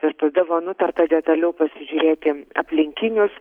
ir tada buvo nutarta detaliau pasižiūrėti aplinkinius